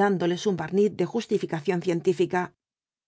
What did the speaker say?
dándoles un barniz de justificación científica